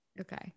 Okay